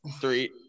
Three